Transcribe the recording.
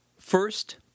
First